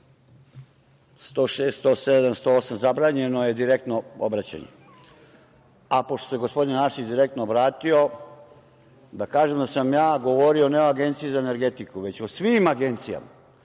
106, 107, 108. – zabranjeno je direktno obraćanje, a pošto se gospodin Arsić direktno obratio, da kažem da sam ja govorio ne o Agenciji za energetiku, već o svim agencijama,